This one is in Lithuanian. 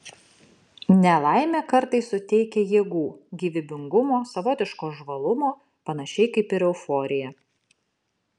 nelaimė kartais suteikia jėgų gyvybingumo savotiško žvalumo panašiai kaip ir euforija